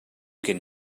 can